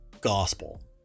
gospel